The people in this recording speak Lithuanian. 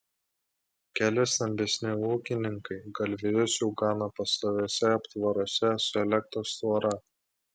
keli stambesni ūkininkai galvijus jau gano pastoviuose aptvaruose su elektros tvora